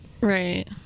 Right